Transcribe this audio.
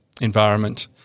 environment